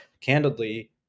candidly